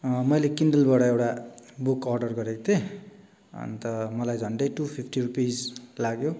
मैले किन्डलबाट एउटा बुकको अर्डर गरेको थिएँ अन्त मलाई झन्डै टु फिफ्टी रुपिस लाग्यो